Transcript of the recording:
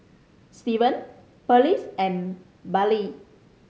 Steven Pearlie's and Bailey